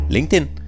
LinkedIn